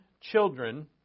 children